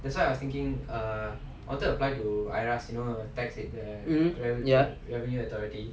mmhmm ya